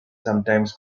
sometimes